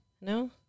No